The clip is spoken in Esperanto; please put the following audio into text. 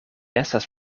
estas